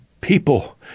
People